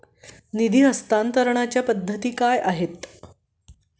निधी हस्तांतरणाच्या पद्धती काय आहेत?